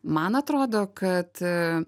man atrodo kad